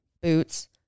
boots